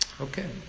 Okay